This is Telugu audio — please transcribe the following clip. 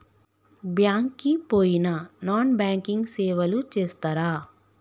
బ్యాంక్ కి పోయిన నాన్ బ్యాంకింగ్ సేవలు చేస్తరా?